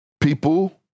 People